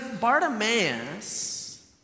Bartimaeus